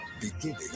beginning